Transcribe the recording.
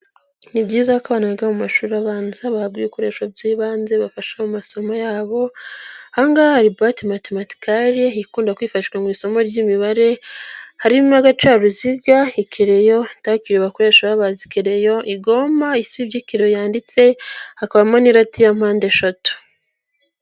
Ni byiza ko abantu biga mu mashuri abanza bahabwa ibikoresho by'ibanze bibafasha mu masomo yabo, aha ngaha hari buwate matematilkare ikunda kwifashishwa mu isomo ry'imibare, harimo agaca ruziga ikereyo, takereyo bakoresha babaza ikereyo, igoma isiba ibyo ikereyo yanditse, hakabamo n'irati ya mpandeshatu.